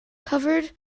covered